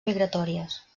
migratòries